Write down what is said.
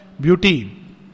beauty